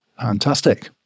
Fantastic